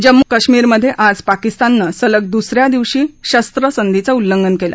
जम्मू काश्मीरमधे आज पाकिस्ताननं सलग दुस या दिवशी शस्त्रसंधीच उल्लंघन केलं